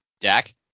Dak